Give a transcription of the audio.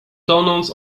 tonąc